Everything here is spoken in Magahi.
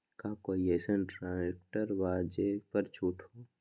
का कोइ अईसन ट्रैक्टर बा जे पर छूट हो?